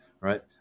right